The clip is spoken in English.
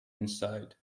inside